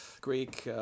Greek